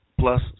plus